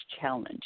challenge